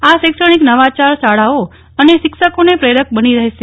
આ શૈક્ષણિક નવાચાર શાળાઓ અને શિક્ષકોને પ્રેરક બની રહેશે